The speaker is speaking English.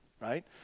right